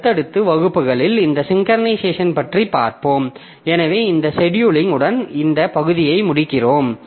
அடுத்தடுத்த வகுப்புகளில் இந்த சிங்க்கரனைசேஷன் பற்றி பார்ப்போம் எனவே இந்த செடியூலிங் உடன் இந்த பகுதியை முடிக்கிறோம்